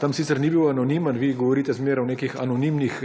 tam sicer ni bil anonimen, vi govorite vedno o nekih anonimnih